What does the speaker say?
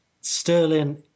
Sterling